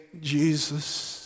Jesus